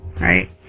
right